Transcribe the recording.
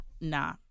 Nah